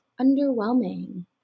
underwhelming